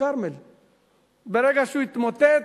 ברגע שהוא התמוטט,